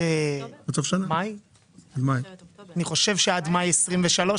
אני חושב שעד מאי 23',